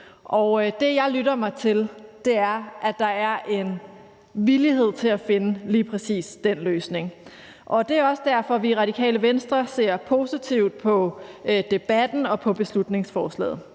på. Det, jeg lytter mig til, er, at der er en villighed til at finde lige præcis den løsning. Og det er også derfor, vi i Radikale Venstre ser positivt på debatten og på beslutningsforslaget.